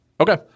Okay